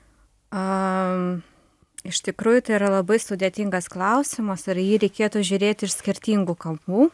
a iš tikrųjų tai yra labai sudėtingas klausimas ir į jį reikėtų žiūrėti iš skirtingų kampų